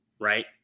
right